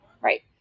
right